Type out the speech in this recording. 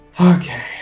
Okay